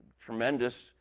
tremendous